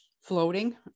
floating